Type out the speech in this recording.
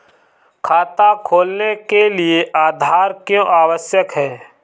खाता खोलने के लिए आधार क्यो आवश्यक है?